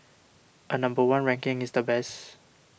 a number one ranking is the best